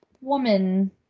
woman